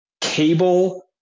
cable